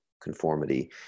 conformity